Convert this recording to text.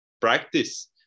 practice